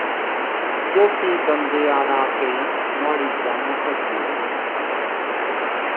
झोट्टी दंदेआ दा पेई नोह्ड़ी जङ भज्जी गेई